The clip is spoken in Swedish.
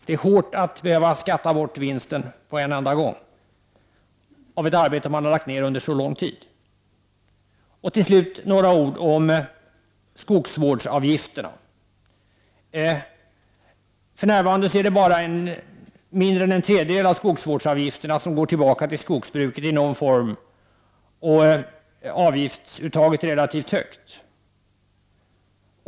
Det är hårt att behöva skatta bort vinsten på en enda gång av ett arbete som man har ägnat så mycket tid. Slutligen några ord om skogsvårdsavgifterna. För närvarande är det mindre än en tredjedel av skogsvårdsavgifterna som går tillbaka till skogsbruket i någon form och avgiftsuttaget är relativt högt.